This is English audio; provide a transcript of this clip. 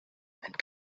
and